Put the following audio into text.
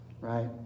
right